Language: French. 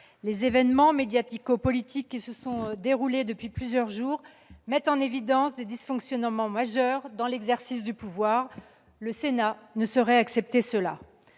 Les événements médiatico-politiques de ces derniers jours mettent en évidence des dysfonctionnements majeurs dans l'exercice du pouvoir ; le Sénat ne saurait l'accepter.